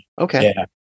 Okay